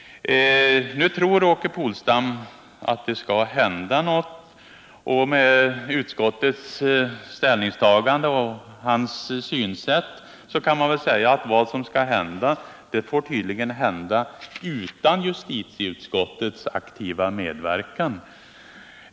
Nu tror Åke Polstam att det skall hända någonting, och med utskottets ställningstagande och hans synsätt får det tydligen hända utan justitieutskottets aktiva medverkan.